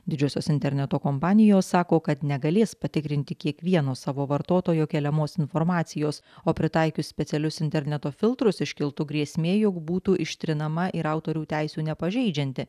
didžiosios interneto kompanijos sako kad negalės patikrinti kiekvieno savo vartotojo keliamos informacijos o pritaikius specialius interneto filtrus iškiltų grėsmė jog būtų ištrinama ir autorių teisių nepažeidžianti